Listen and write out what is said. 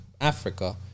Africa